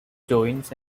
joints